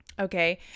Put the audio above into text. Okay